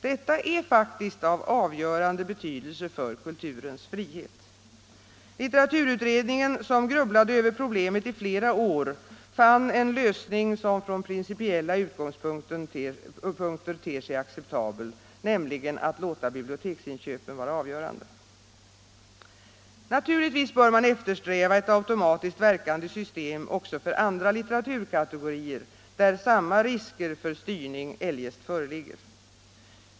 Detta är faktiskt av avgörande betydelse för kulturens frihet. Litteraturutredningen, som grubblade över problemet i flera år, fann en lösning som från principiella utgångspunkter ter sig acceptabel, nämligen att låta biblioteksinköpen vara avgörande. Man bör naturligtvis eftersträva ett automatiskt verkande system också för andra litteraturkategorier, där samma risker för styrning eljest föreligger.